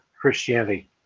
Christianity